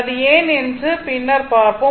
அது ஏன் என்று பின்னர் பாப்போம்